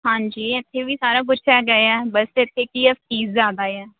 ਹਾਂਜੀ ਇੱਥੇ ਵੀ ਸਾਰਾ ਕੁਛ ਹੈਗਾ ਆ ਬਸ ਇੱਥੇ ਕੀ ਆ ਫੀਸ ਜ਼ਿਆਦਾ ਆ